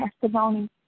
testimony